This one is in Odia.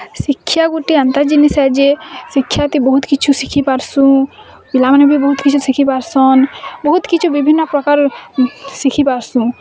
ଶିକ୍ଷା ଗୁଟେ ଏନ୍ତା ଜିନିଷ୍ ହେ ଯେ ଶିକ୍ଷାତେ ବହୁତ୍ କିଛୁ ଶିଖି ପାରୁସୁଁ ପିଲାମାନେ ବି ବୋହୁତ୍ କିଛି ଶିଖି ପାରସନ୍ ବହୁତ୍ କିଛି ବିଭିନ୍ନ ପ୍ରକାର ଶିଖି ପାରସୁଁ